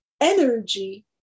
energy